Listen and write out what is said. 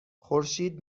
خورشید